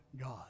God